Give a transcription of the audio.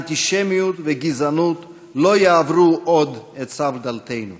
אנטישמיות וגזענות לא יעברו עוד את סף דלתנו.